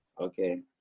Okay